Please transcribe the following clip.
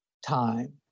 time